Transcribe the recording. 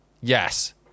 Yes